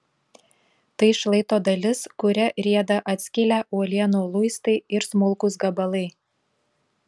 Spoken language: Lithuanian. tai šlaito dalis kuria rieda atskilę uolienų luistai ir smulkūs gabalai